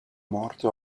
morte